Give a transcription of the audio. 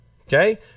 Okay